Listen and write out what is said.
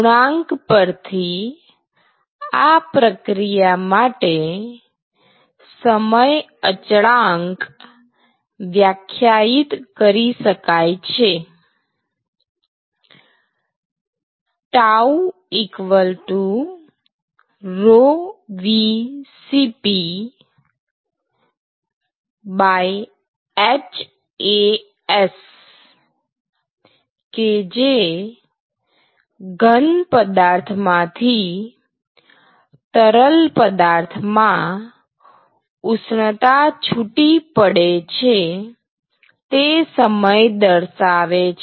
ગુણાંક પરથી આ પ્રક્રિયા માટે સમય અચળાંક વ્યાખ્યાયિત કરી શકાય છે τ ρVCphAs કે જે ઘન પદાર્થમાંથી તરલ પદાર્થમાં ઉષ્ણતા છૂટી પડે છે તે સમય દર્શાવે છે